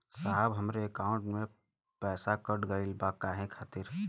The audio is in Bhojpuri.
साहब हमरे एकाउंट से पैसाकट गईल बा काहे खातिर?